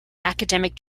academic